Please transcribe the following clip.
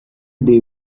they